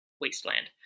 wasteland